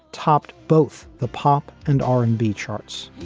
topped both the pop and r and b charts